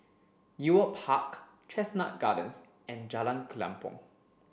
Ewart Park Chestnut Gardens and Jalan Kelempong